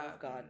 God